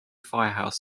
firehouse